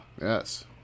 yes